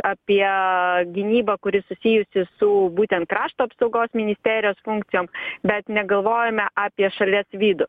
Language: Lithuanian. apie gynybą kuri susijusi su būtent krašto apsaugos ministerijos funkcijom bet negalvojame apie šalies vidų